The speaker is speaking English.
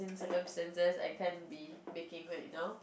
circumstances I can't be baking right now